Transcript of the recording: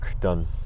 done